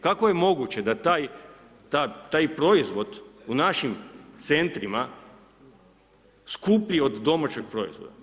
Kako je moguće da taj proizvod u našim centrima skuplji od domaćeg proizvoda?